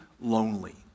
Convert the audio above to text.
lonely